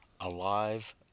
alive